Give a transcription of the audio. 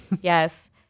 Yes